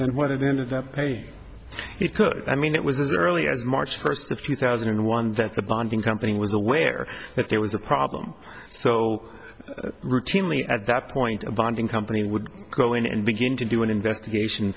and what it ended up it could i mean it was early as march first of two thousand and one that's a bonding company was aware that there was a problem so routinely at that point a bonding company would go in and begin to do an investigation